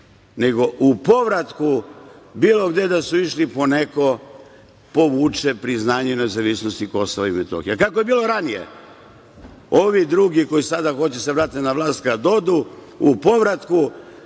nego u povratku bilo gde da su išli, po neko povuče priznanje nezavisnosti Kosova i Metohije. A kako je bilo ranije? Ovi drugi, koji sada hoće da se vrate na vlast, kad odu, u povratku